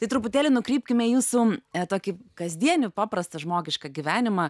tai truputėlį nukrypkime į jūsų tokį kasdienį paprastą žmogišką gyvenimą